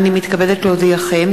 אני מתכבדת להודיעכם,